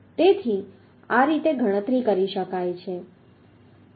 તેથી આ રીતે ગણતરી કરી શકાય છે